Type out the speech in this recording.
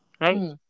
right